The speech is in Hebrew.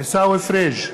עיסאווי פריג'